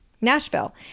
nashville